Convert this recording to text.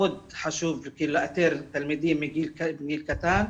מאוד חשוב לאתר תלמידים מגיל קטן,